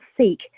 seek